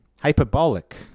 hyperbolic